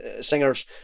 singers